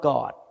God